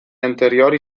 anteriori